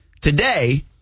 today